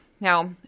Now